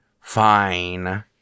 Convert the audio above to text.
fine